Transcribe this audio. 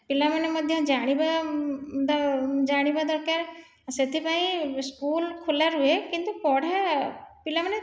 ପିଲାମାନେ ମଧ୍ୟ ଜାଣିବା ବା ଜାଣିବା ଦରକାର ସେଥିପାଇଁ ସ୍କୁଲ୍ ଖୋଲା ରହେ କିନ୍ତୁ ପଢ଼ା ପିଲାମାନେ